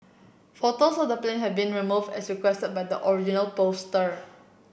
photos of the plane have been removed as requested by the original poster